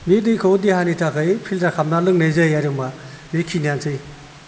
बे दैखौ देहानि थाखाय फिलटार खालामना लोंनाय जायो होमबा बेखिनियानोसै